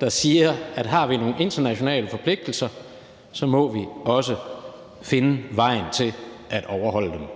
der siger: Har vi nogle internationale forpligtelser, må vi også finde vejen til at overholde dem.